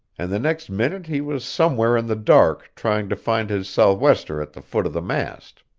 and the next minute he was somewhere in the dark trying to find his sou'wester at the foot of the mast.